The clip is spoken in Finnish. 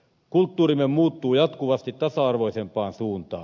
kulttuurimme muuttuu jatkuvasti tasa arvoisempaan suuntaan